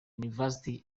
university